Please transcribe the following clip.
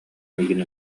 миигин